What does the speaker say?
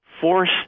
force